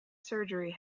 surgery